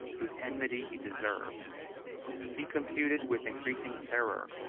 whose enmity he deserved he computed, with increasing terror,